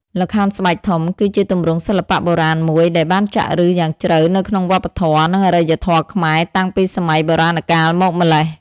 ល្ខោនស្បែកធំ គឺជាទម្រង់សិល្បៈបុរាណមួយដែលបានចាក់ឫសយ៉ាងជ្រៅនៅក្នុងវប្បធម៌ និងអរិយធម៌ខ្មែរតាំងពីសម័យបុរាណកាលមកម្ល៉េះ។